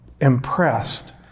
impressed